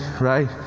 right